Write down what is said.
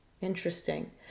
Interesting